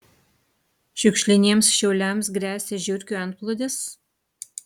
šiukšliniems šiauliams gresia žiurkių antplūdis